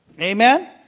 Amen